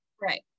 Right